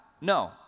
No